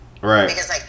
Right